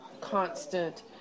constant